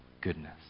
goodness